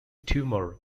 tumor